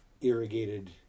irrigated